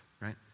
right